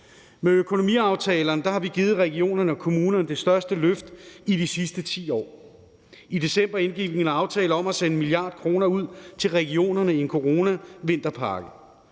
Med økonomiaftalerne har vi givet regionerne og kommunerne det største løft i de sidste 10 år. I december indgik vi en aftale om at sende 1 mia. kr. ud til regionerne i en coronavinterpakke.